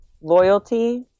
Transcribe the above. loyalty